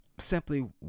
simply